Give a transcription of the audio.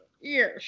Yes